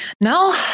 No